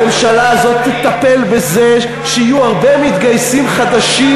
הממשלה תטפל בזה שיהיו הרבה, מתגייסים חדשים,